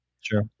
Sure